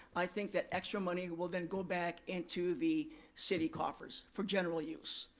i think that extra money will then go back into the city coffers for general use.